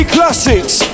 Classics